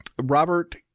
Robert